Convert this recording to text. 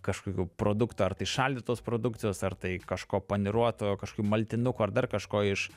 kažkokių produktų ar tai šaldytos produkcijos ar tai kažko paniruoto kažkokių maltinukų ar dar kažko iš